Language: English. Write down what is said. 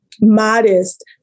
modest